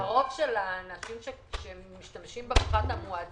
רוב האנשים שמשתמשים בפחת המואץ